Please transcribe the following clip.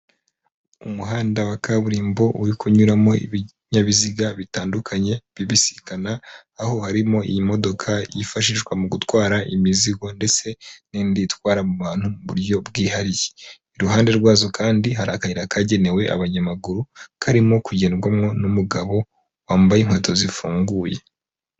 Umuhanda wa kaburimbo uri kunyuramo ibinyabiziga bitandukanye bibisikana, aho harimo iyi modoka yifashishwa mu gutwara imizigo ndetse n'indi itwara mu bantu mu buryo bwihariye. Iruhande rwazo kandi hari akayira kagenewe abanyamaguru, karimo kugendwamo n'umugabo wambaye inkweto zifunguye.